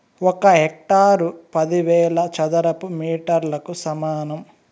ఒక హెక్టారు పదివేల చదరపు మీటర్లకు సమానం